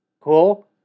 cool